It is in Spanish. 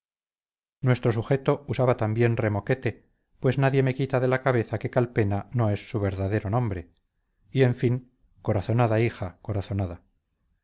nuestro sujeto usaba también remoquete pues nadie me quita de la cabeza que calpena no es su verdadero nombre y en fin corazonada hija corazonada